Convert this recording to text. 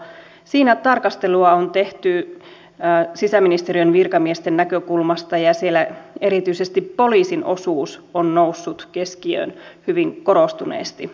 siinä tarkastelua on tehty sisäministeriön virkamiesten näkökulmasta ja siellä erityisesti poliisin osuus on noussut keskiöön hyvin korostuneesti syystäkin